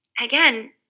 Again